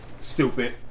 Stupid